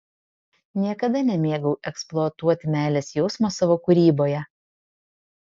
niekada nemėgau eksploatuoti meilės jausmo savo kūryboje